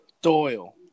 Doyle